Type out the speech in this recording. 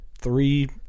three